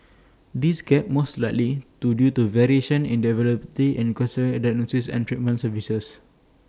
this gap most likely due to variations in the availability and quality of cancer diagnosis and treatment services